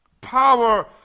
power